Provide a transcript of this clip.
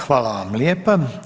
Hvala vam lijepa.